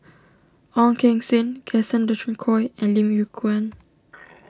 Ong Keng Sen Gaston Dutronquoy and Lim Yew Kuan